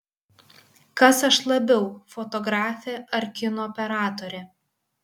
kas aš labiau fotografė ar kino operatorė